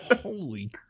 Holy